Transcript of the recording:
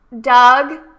Doug